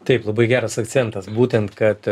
taip labai geras akcentas būtent kad